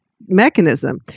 mechanism